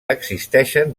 existeixen